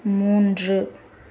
மூன்று